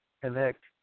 connect